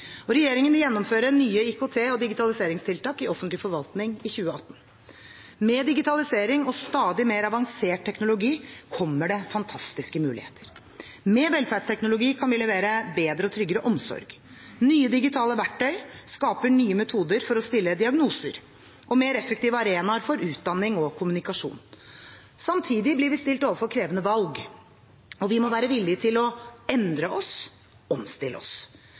Regjeringen vil gjennomføre nye IKT- og digitaliseringstiltak i offentlig forvaltning i 2018. Med digitalisering og stadig mer avansert teknologi kommer det fantastiske muligheter. Med velferdsteknologi kan vi levere bedre og tryggere omsorg. Nye digitale verktøy skaper nye metoder for å stille diagnoser og mer effektive arenaer for utdanning og kommunikasjon. Samtidig blir vi stilt overfor krevende valg. Vi må være villige til å endre oss, omstille oss.